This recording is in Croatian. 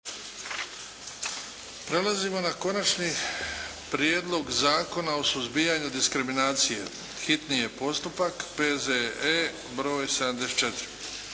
Prelazimo na Konačni prijedlog zakona o suzbijanju diskriminacije. Hitni je postupak, prvo i